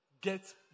Get